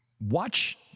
Watch